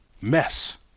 mess